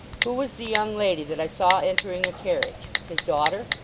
who was the young lady that i saw entering a carriage? his daughter